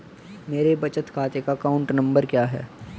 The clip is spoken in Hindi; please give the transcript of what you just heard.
मेरे बचत खाते का अकाउंट नंबर क्या है?